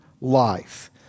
life